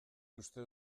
uste